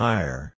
Higher